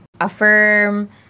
affirm